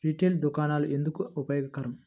Retail దుకాణాలు ఎందుకు ఉపయోగకరం?